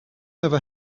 never